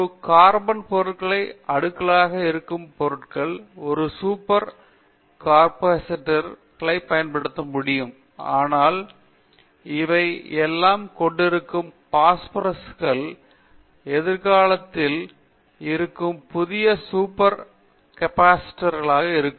ஒரு கார்பன் பொருட்கள் அடுக்குகளாக இருக்கும் பொருட்கள் ஒரு சூப்பர் கேப்சிட்டோர் களைப் பயன்படுத்த முடியும் ஆனால் சால்ஸ்கோஜெனீட்கள் டிசாலோகோஜெனீட்கள் சல்பர் அல்லது இவை எல்லாம் கொண்டிருக்கும் பாஸ்பரஸ்கள் எதிர்காலத்தில் இருக்கும் புதிய சூப்பர் மின்தேக்கிகளாக இருக்கும்